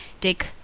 Dick